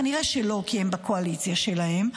כנראה שלא, כי הם בקואליציה שלהם.